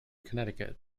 connecticut